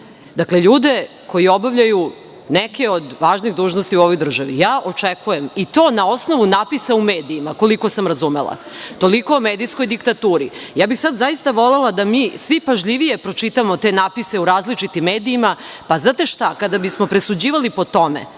Dakle, ljude koji obavljaju neke od važnih dužnosti u ovoj državi. Očekujem i to na osnovu natpisa u medijima, koliko sam razumela, toliko o medijskoj diktaturi. Sada bih zaista volela da svi pažljivije pročitamo te natpise u različitim medijima. Znate šta, kada bismo presuđivali po tome